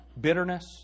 bitterness